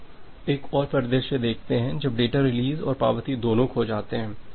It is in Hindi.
अब एक और परिदृश्य देखते हैं जब डेटा रिलीज़ और पावती दोनों खो जाते हैं